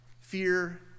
fear